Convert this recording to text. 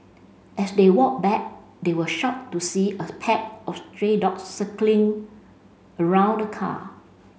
as they walked back they were shocked to see as pack of stray dogs circling around the car